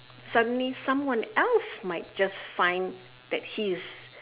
suddenly someone else might just find that he is